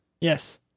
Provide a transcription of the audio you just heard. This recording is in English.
Yes